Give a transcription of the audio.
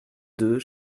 deux